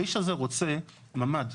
האיש הזה רוצה ממ"ד.